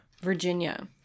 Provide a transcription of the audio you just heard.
Virginia